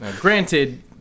Granted